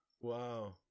Wow